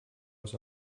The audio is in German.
aus